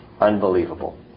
Unbelievable